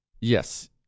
Yes